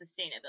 sustainability